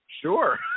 Sure